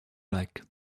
like